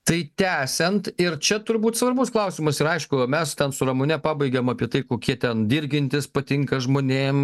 tai tęsiant ir čia turbūt svarbus klausimas aišku mes ten su ramune pabaigėm apie tai kokie ten dirgintis patinka žmonėm